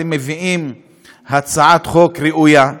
אתם מביאים הצעת חוק ראויה,